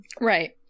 Right